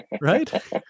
right